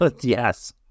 Yes